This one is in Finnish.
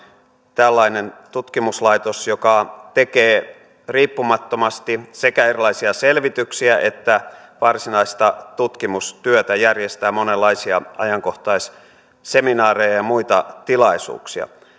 tällainen tutkimuslaitos joka tekee riippumattomasti sekä erilaisia selvityksiä että varsinaista tutkimustyötä järjestää monenlaisia ajankohtaisseminaareja ja ja muita tilaisuuksia